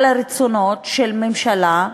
על הרצונות של ממשלה,